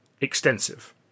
extensive